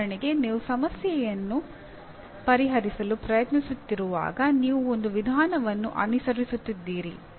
ಉದಾಹರಣೆಗೆ ನೀವು ಸಮಸ್ಯೆಯನ್ನು ಪರಿಹರಿಸಲು ಪ್ರಯತ್ನಿಸುತ್ತಿರುವಾಗ ನೀವು ಒಂದು ವಿಧಾನವನ್ನು ಅನುಸರಿಸುತ್ತಿದ್ದೀರಿ